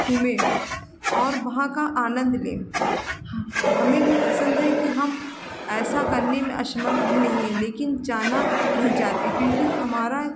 घूमें और वहाँ का आनन्द लें हमें भी पसन्द है कि हम ऐसा करने में असमर्थ भी नहीं हैं लेकिन जाना नहीं चाहते क्योंकि हमारा कुछ